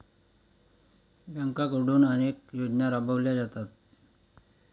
बँकांकडून अनेक योजना राबवल्या जातात